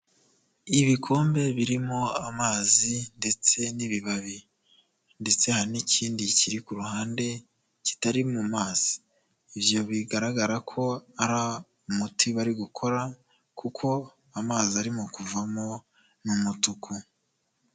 Ibikombe birimo amazi ndetse n'ibibabi ndetse n'ikindi kiri ku ruhande kitari mu mazi bigaragara ko ari umuti bari gukora kuko amazi arimo kuvamwo n'umutuku.